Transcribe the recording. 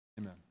amen